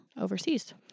overseas